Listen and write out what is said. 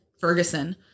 Ferguson